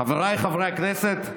חבריי חברי הכנסת,